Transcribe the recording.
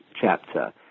chapter